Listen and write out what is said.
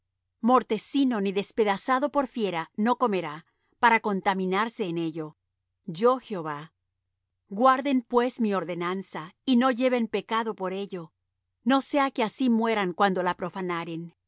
mortecino ni despedazado por fiera no comerá para contaminarse en ello yo jehová guarden pues mi ordenanza y no lleven pecado por ello no sea que así mueran cuando la profanaren